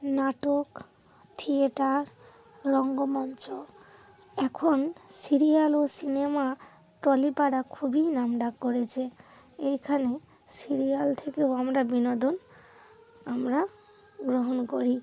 নাটক থিয়েটার রঙ্গমঞ্চ এখন সিরিয়াল ও সিনেমা টলিপাড়া খুবই নামডাক করেছে এইখানে সিরিয়াল থেকেও আমরা বিনোদন আমরা গ্রহণ করি